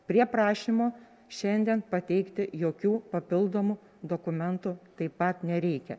prie prašymo šiandien pateikti jokių papildomų dokumentų taip pat nereikia